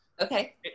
Okay